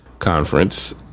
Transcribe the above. conference